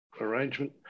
arrangement